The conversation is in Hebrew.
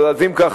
אז אם כך,